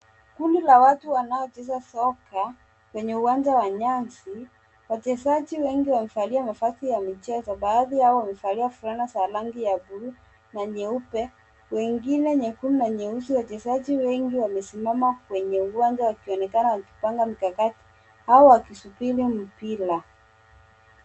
Kundi ka watu wanaocheza soka kwenye uwanja wa nyasi. Wachezaji wengi wamevalia mavazi ya michezo baadhi yao wamevalia fulana za rangi ya bluu na nyeupe, wengine nyekundu na nyeusi. Wachezaji wengi wamesimama kwenye uwanja wakionekana wakipanga mikakati au wakisubiri mpira.